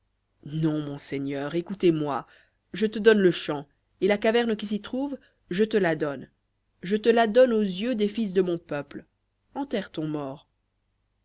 non mon seigneur écoute-moi je te donne le champ et la caverne qui s'y trouve je te la donne je te la donne aux yeux des fils de mon peuple enterre ton mort